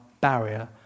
barrier